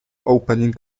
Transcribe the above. opening